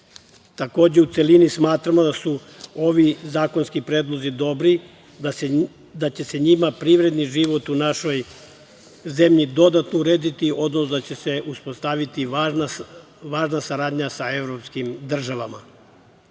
u celini smatramo da su ovi zakonski predlozi dobri, da će se njima privredni život u našoj zemlji dodatno urediti, odnosno da će se uspostaviti važna saradnja sa evropskim državama.